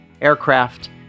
aircraft